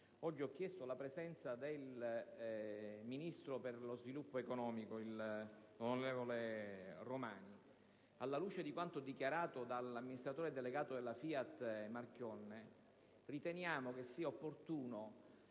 ho chiesto la presenza del ministro per lo sviluppo economico Romani. Alla luce di quanto dichiarato dall'amministratore delegato della FIAT Marchionne, riteniamo che sia opportuno